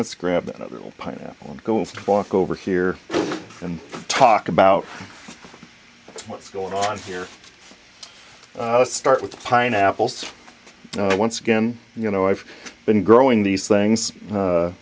let's grab the pineapple and go and walk over here and talk about what's going on here start with pineapples once again you know i've been growing these things